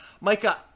Micah